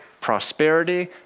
prosperity